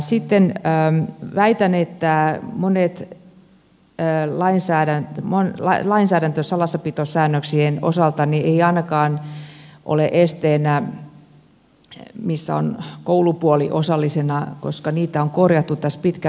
sitten väitän että lainsäädäntö ei ainakaan salassapitosäännöksien osalta ole esteenä siellä missä on koulupuoli osallisena koska niitä on korjattu tässä pitkän aikaa